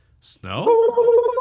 snow